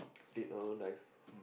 dead or alive